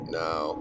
now